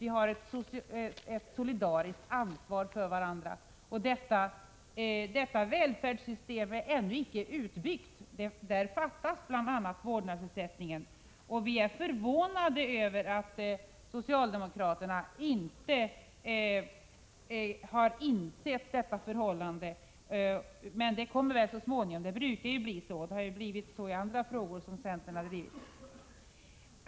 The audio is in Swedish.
Vi har ett solidariskt ansvar för varandra. Detta välfärdssystem är ännu icke utbyggt. Där fattas bl.a. vårdnadsersättningen. Vi är förvånade över att socialdemokraterna inte har insett detta förhållande. Men det gör de väl så småningom, det brukar bli så. Det har ju blivit så i andra frågor som centern har drivit.